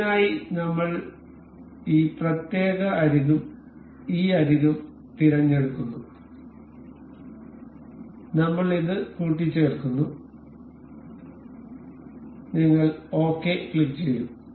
ഇതിനായി നമ്മൾ ഈ പ്രത്യേക അരികും ഈ അരികും തിരഞ്ഞെടുക്കുന്നു നമ്മൾ ഇത് കൂട്ടിചേർക്കുന്നു നിങ്ങൾ ഓകെ ക്ലിക്കുചെയ്യും